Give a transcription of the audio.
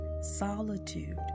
solitude